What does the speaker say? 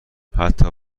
حتی